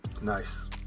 nice